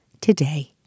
today